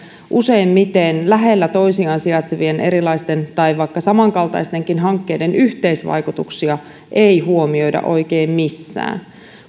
useimmiten lähellä toisiaan sijaitsevien erilaisten tai vaikka samankaltaistenkin hankkeiden yhteisvaikutuksia ei huomioida oikein missään